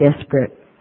desperate